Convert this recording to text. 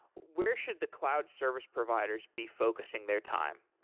where should the cloud service providers be focusing their time?